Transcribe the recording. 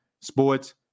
Sports